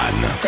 One